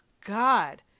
god